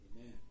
Amen